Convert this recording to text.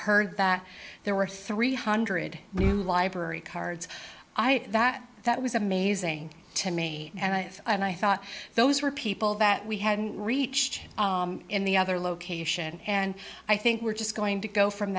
heard that there were three hundred library cards i that that was amazing to me and i and i thought those were people that we had reached in the other location and i think we're just going to go from